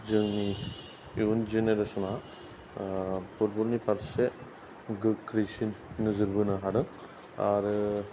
जोंनि इयुन जेनेरेसना फुटबलनि फारसे गोख्रैसिन नोजोर बोनो हादों आरो